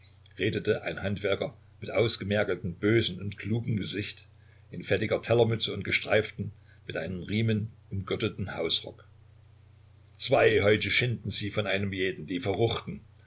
ein handwerker mit ausgemergeltem bösem und klugem gesicht in fettiger tellermütze und gestreiftem mit einem riemen umgürteten hausrock zwei häute schinden sie von einem jeden die verruchten